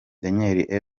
daniel